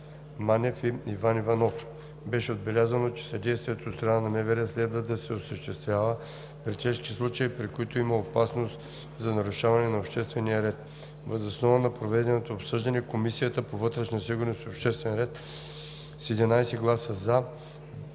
Манев и Иван Иванов. Беше отбелязано, че съдействието от страна на МВР следва да се осъществява при тежки случаи, при които има опасност за нарушаване на обществения ред. Въз основа на проведеното обсъждане Комисията по вътрешна сигурност и обществен ред с 11 гласа